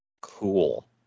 Cool